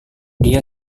dia